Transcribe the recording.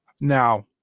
now